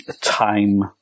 time